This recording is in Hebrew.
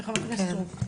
חברת הכנסת סטרוק, בבקשה.